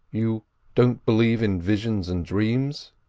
you don't believe in visions and dreams?